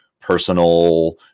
personal